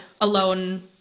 alone